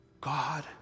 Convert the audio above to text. God